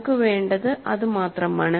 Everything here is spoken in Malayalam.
നമുക്ക് വേണ്ടത് അത് മാത്രമാണ്